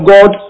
God